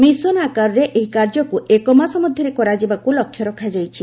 mission ଆକାରରେ ଏହି କାର୍ଯ୍ୟକୁ ଏକମାସ ମଧ୍ୟରେ କରାଯିବାକୁ ଲକ୍ଷ୍ୟ ରଖାଯାଇଛି